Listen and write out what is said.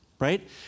Right